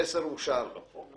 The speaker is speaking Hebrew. אושר.